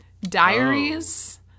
Diaries